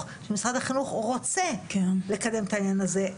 שמשרד החינוך רוצה לקדם את העניין הזה.